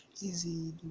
easy